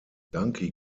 donkey